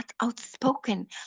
outspoken